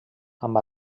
amb